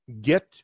get